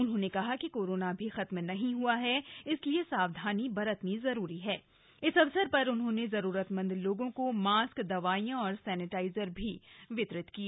उन्होंने कहा कि कोरोना अभी खत्म नहीं ह ् ह े इसलिए सावधानी बरतनी जरूरी हण इस अवसर पर उन्होंने जरूरतमंद लोगों को मास्क दवाइयां और सम्रिटाइजर भी वितरित किए